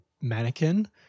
mannequin